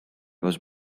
was